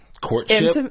courtship